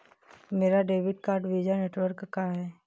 मेरा debit card Visa network का है